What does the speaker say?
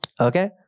Okay